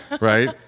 right